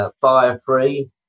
Fire-free